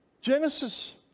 Genesis